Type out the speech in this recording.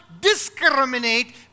discriminate